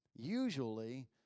Usually